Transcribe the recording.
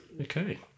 Okay